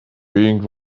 being